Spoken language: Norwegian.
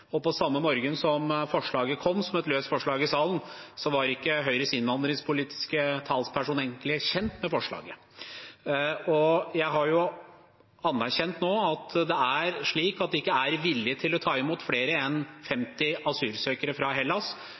og på samme morgen som forslaget kom som et løst forslag i salen, var ikke Høyres innvandringspolitiske talsperson egentlig kjent med forslaget. Jeg har nå anerkjent at det ikke er vilje til å ta imot flere enn 50 asylsøkere fra Hellas.